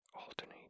alternate